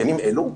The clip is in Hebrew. בימים אלו,